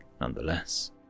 nonetheless